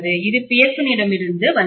இது பியர்சனிலிருந்து வந்தவை